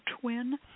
twin